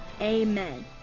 Amen